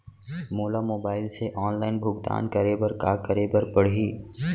मोला मोबाइल से ऑनलाइन भुगतान करे बर का करे बर पड़ही?